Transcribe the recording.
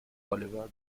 oliver